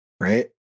right